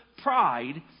pride